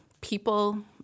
people